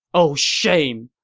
o shame!